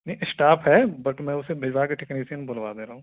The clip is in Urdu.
نہیں اسٹاف ہے بٹ میں اسے بھجوا کے ٹیکنیشین بلوا دے رہا ہوں